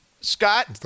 Scott